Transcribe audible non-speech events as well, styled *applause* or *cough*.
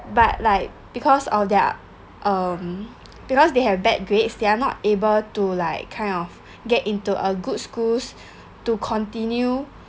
but like because of their um because they have bad grades they're not able to like kind of get into a good schools *breath* to continue